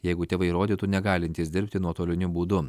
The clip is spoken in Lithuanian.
jeigu tėvai įrodytų negalintys dirbti nuotoliniu būdu